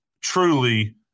truly